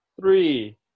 three